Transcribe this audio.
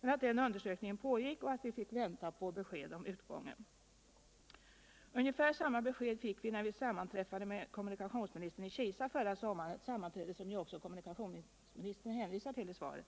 men att denna undersökning pågick och att det då inte var möjligt att säga något om utgången. Ungefär samma besked fick vi när vi sammanträffade med kommunikationsministern i Kisa förra sommaren, ett sammanträde som ju kommunikationsministern också hänvisar till i svaret.